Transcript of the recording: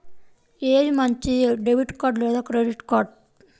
ఏది మంచిది, debit card లేదా క్రెడిట్ కార్డ్?